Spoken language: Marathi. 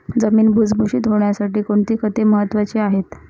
जमीन भुसभुशीत होण्यासाठी कोणती खते महत्वाची आहेत?